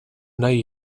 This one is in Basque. nahi